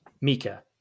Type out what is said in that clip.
Mika